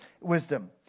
wisdom